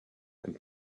and